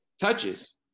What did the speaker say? touches